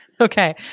Okay